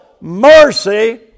mercy